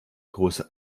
große